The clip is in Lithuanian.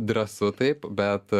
drąsu taip bet